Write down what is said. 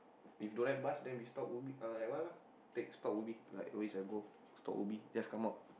if don't have bus then we stop Ubi uh that one lah take stop Ubi like waste and go stop Ubi just come out